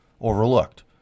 overlooked